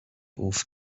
off